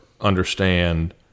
understand